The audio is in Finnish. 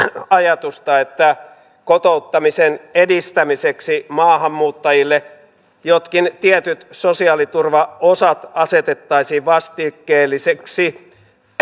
ajatusta että kotouttamisen edistämiseksi maahanmuuttajille jotkin tietyt sosiaaliturvaosat asetettaisiin vastikkeellisiksi